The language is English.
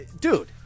Dude